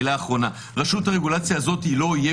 מילה אחרונה רשות הרגולציה הזאת היא לא אויב,